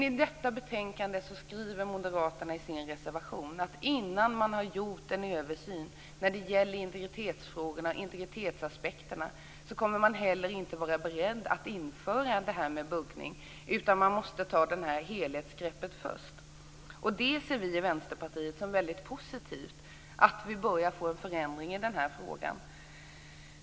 I detta betänkande skriver moderaterna i sin reservation att man inte är beredd att införa buggning innan man har gjort en översyn av integritetsaspekterna. Man måste ta ett helhetsgrepp först. Vi i Vänsterpartiet ser det som positivt att det börjar bli en förändring i den frågan.